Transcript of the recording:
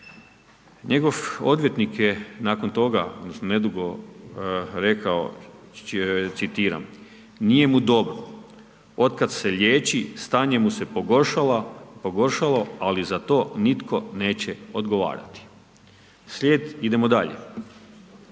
Njegov odvjetnik je nakon toga, nedugo, rekao, citiram, nije mu dobro, od kada se liječi, stanje mu se pogoršalo, ali za to nitko neće odgovarati. Slijed, idemo dalje,